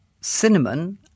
cinnamon